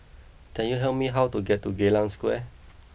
can you help me how to get to Geylang Square